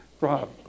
Rob